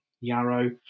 yarrow